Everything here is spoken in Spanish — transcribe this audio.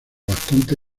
bastante